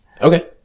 Okay